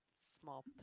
small